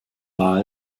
war